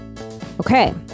Okay